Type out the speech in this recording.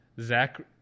Zach